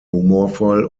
humorvoll